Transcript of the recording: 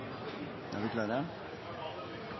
da er vi